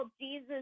Jesus